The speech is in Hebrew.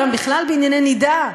גם בכלל בענייני נידה,